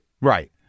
Right